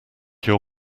your